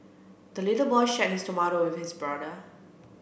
the little boy shared his tomato with his brother